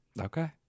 Okay